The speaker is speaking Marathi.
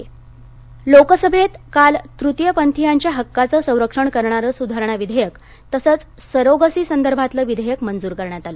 लोकसभा लोकसभेत काल तृतीय पंथीयांच्या हक्कांचं संरक्षण करणारं सुधारणा विधेयक तसंच सरोगसी संदर्भातलं विधेयक मंजूर करण्यात आलं